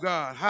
God